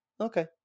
okay